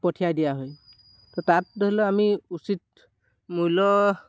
পঠিয়াই দিয়া হয় ত' তাত ধৰি লওক আমি উচিত মূল্য